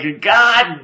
God